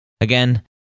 again